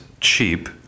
cheap